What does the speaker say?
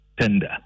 tender